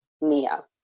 Nia